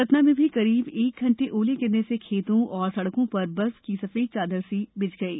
सतना में भी करीब एक घंटे ओले गिरने से खेतों और सड़कों पर बर्फ की सफेद चादर सी बिछ गई